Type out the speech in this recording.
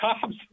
Cops